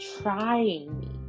trying